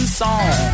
song